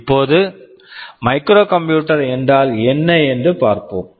இப்போது micro computer micro computer என்றால் என்ன என்று பார்ப்போம்